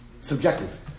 Subjective